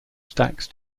stax